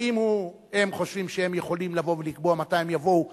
אבל אם הם חושבים שהם יכולים לבוא ולקבוע מתי הם יבואו,